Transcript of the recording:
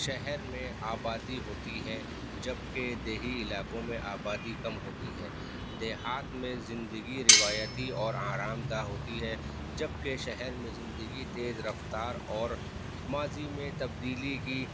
شہر میں آبادی ہوتی ہے جبکہ دیہی علاقوں میں آبادی کم ہوتی ہے دیہات میں زندگی روایتی اور آرامدہ ہوتی ہے جبکہ شہر میں زندگی تیز رفتار اور ماضی میں تبدیلی کی